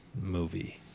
movie